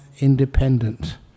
independent